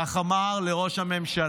כך הוא אמר לראש הממשלה,